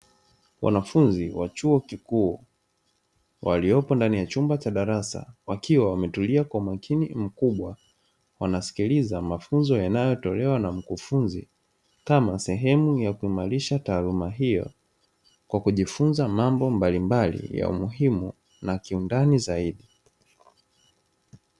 Wanafunzi wa chuo Kikuu waliopo ndani ya chumba cha darasa wakiwa wametulia kwa umakini mkubwa, wanasikiliza mafunzo yanayotolewa na mkufunzi kama sehemu ya kuimarisha taaluma hiyo kwa kujifunza mambo mbalimbali ya umuhimu na kiundani zaidi.